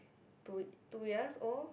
two two years old